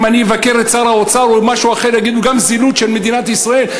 אם אני אבקר את שר האוצר או משהו אחר יגידו גם זילות של מדינת ישראל?